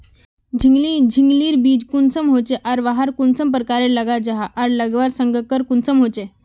झिंगली झिंग लिर बीज कुंसम होचे आर वाहक कुंसम प्रकारेर लगा जाहा आर लगवार संगकर कुंसम होचे?